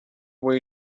way